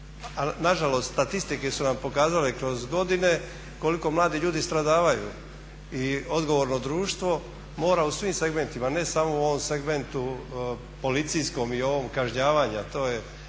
nažalost, statistike su vam pokazale kroz godine koliko mladi ljudi stradavaju. I odgovorno društvo mora u svim segmentima, ne samo u ovom segmentu policijskom i ovom kažnjavanja jer